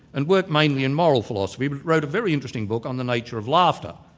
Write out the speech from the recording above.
and worked mainly in moral philosophy, but wrote a very interesting book on the nature of laughter,